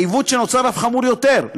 העיוות שנוצר אף חמור יותר,